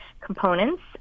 components